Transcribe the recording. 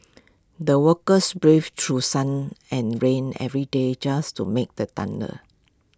the workers braved through sun and rain every day just to made the tunnel